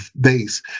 base